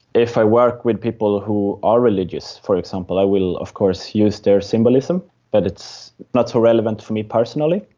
if i work with people who are religious for example, i will of course use their symbolism but it's not so relevant for me personally.